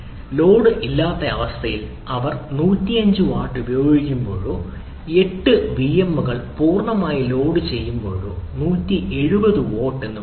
load ഇല്ലാത്ത അവസ്ഥയിൽ അവർ 105 വാട്ട് ഉപയോഗിക്കുമ്പോഴോ 8 വിഎമ്മുകൾ പൂർണ്ണമായി ലോഡുചെയ്യുമ്പോഴോ 170 വാട്ട് പറയുന്നു